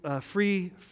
free